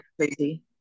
crazy